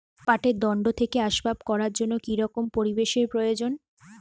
পাটের দণ্ড থেকে আসবাব করার জন্য কি রকম পরিবেশ এর প্রয়োজন?